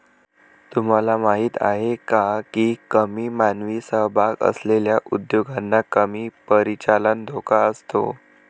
तुम्हाला माहीत आहे का की कमी मानवी सहभाग असलेल्या उद्योगांना कमी परिचालन धोका असतो?